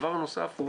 הדבר הנוסף הוא